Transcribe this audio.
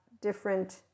different